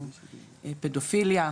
או פדופיליה,